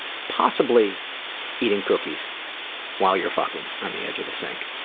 possibly eating cookies while you're fucking on the edge of a sink.